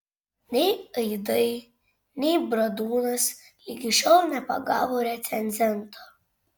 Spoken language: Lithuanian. nei aidai nei bradūnas ligi šiol nepagavo recenzento